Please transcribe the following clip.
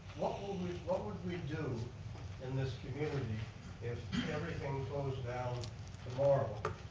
what would we do in this community if everything goes down the marble